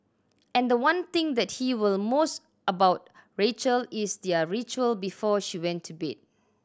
and the one thing that he will most about Rachel is their ritual before she went to bed